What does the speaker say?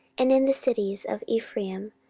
and in the cities of ephraim,